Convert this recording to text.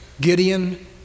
Gideon